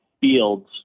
fields